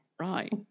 Right